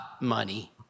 money